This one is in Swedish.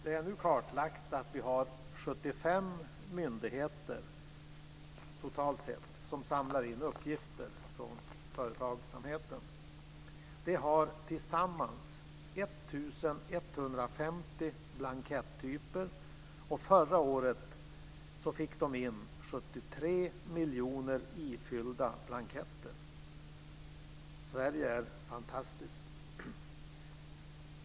Det är nu kartlagt att vi har totalt sett 75 myndigheter som samlar in uppgifter från företagsamheten. De har tillsammans 1 150 blankettyper, och förra året fick de in 73 miljoner ifyllda blanketter. Sverige är fantastiskt!